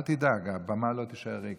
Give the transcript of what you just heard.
אל תדאג, הבמה לא תישאר ריקה.